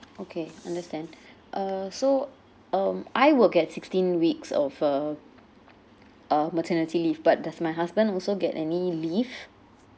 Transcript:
okay understand uh so um I will get sixteen weeks of uh uh maternity leave but does my husband also get any leave